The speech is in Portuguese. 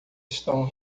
estão